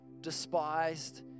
despised